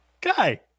guy